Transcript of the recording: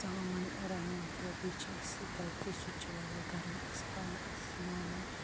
ژامَن رَنان تہٕ بییہِ چھِ أسۍ تَتہِ سُہ تہِ چھُ واریاہ گَرم اَستان أسۍ مانان